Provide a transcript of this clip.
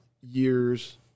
years